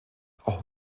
auch